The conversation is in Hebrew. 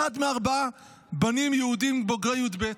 אחד מארבעה בנים יהודים בוגרי י"ב.